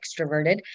extroverted